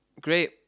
Great